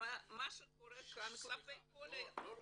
--- עד 17:00. סליחה, לא להפריע.